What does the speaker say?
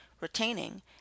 retaining